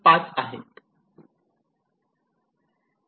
5 आहेत